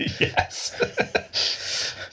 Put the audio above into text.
Yes